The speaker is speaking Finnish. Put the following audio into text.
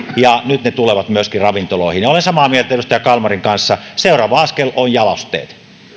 ja nyt ne tulevat myöskin ravintoloihin olen samaa mieltä edustaja kalmarin kanssa seuraava askel on jalosteet